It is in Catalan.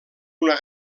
una